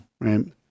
Right